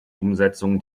umsetzung